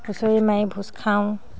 হুঁচৰি মাৰি ভোজ খাওঁ